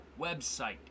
website